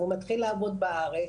והוא מתחיל לעבוד בארץ,